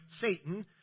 Satan